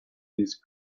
these